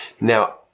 Now